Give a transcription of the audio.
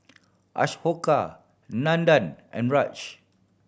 Ashoka Nandan and Raj